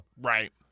Right